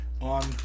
on